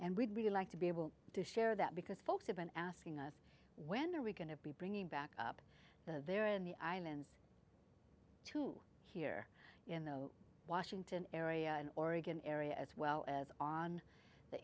and we'd really like to be able to share that because folks have been asking us when are we going to be bringing back up there in the islands to here in the washington area in oregon area as well as on the